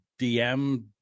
dm